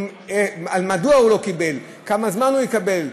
מדוע הוא לא קיבל,